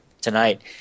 tonight